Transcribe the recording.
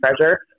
treasure